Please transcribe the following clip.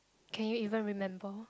can you even remember